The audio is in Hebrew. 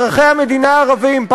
אזרחי המדינה הערבים,